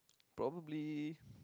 probably